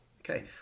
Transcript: Okay